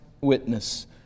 witness